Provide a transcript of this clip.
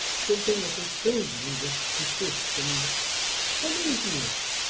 something that has filled me with distrust and uneasiness.